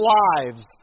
lives